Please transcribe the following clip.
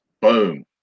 Boom